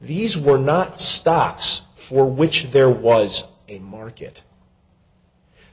these were not stocks for which there was a market